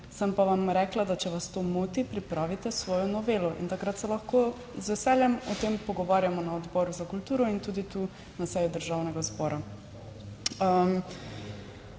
sem pa vam rekla, da če vas to moti, pripravite svojo novelo. In takrat se lahko z veseljem o tem pogovarjamo na Odboru za kulturo in tudi tu na seji Državnega zbora.